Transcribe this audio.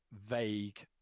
vague